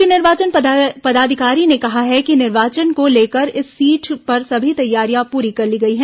मुख्य निर्वाचन पदाधिकारी ने कहा है कि निर्वाचन को लेकर इस सीट पर सभी तैयारियां पूरी कर ली गई हैं